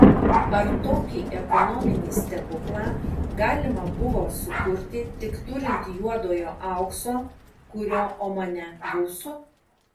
ar tokį ekonominį stebuklą galima buvo sukurti tik turint juodojo aukso kurio omane gausu